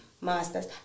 master's